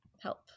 help